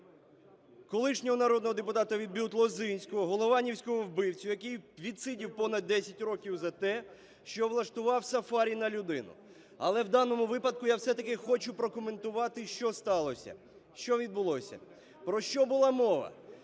колишнього народного депутата від БЮТ Лозінського, голованівського вбивцю, який відсидів понад 10 років за те, що влаштував сафарі на людину. Але в даному випадку я все-таки хочу прокоментувати, що сталося, що відбулося, про що була мова.